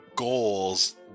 goals